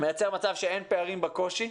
מייצר מצב שאין פערים בקושי,